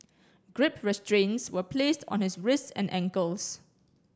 grip restraints were placed on his wrists and ankles